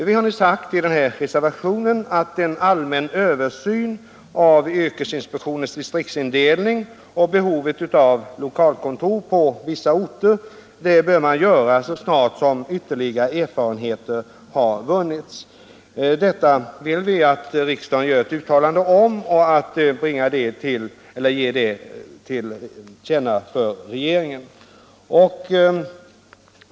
Vi har nu i reservationen sagt att en allmän översyn av yrkesinspektionens distriktsindelning och behoven av lokalkontor på vissa orter bör göras så snart ytterligare erfarenheter har vunnits. Detta vill vi att riksdagen gör ett uttalande om som ges regeringen till känna.